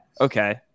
Okay